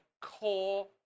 core